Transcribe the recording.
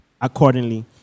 accordingly